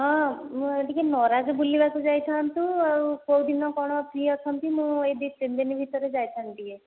ହଁ ମୁଁ ଏଇ ଟିକେ ନରାଜ ବୁଲିବାକୁ ଯାଇଥାନ୍ତୁ ଆଉ କେଉଁ ଦିନ କଣ ଫ୍ରି ଅଛନ୍ତି ମୁଁ ଏଇ ଦୁଇ ତିନି ଦିନ ଭିତରେ ଯାଇଥାନ୍ତି ଟିକିଏ